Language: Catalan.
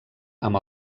amb